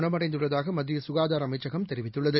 குணமடைந்துள்ளதாகமத்தியசுகாதாரஅமைச்சகம் தெரிவித்துள்ளது